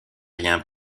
rien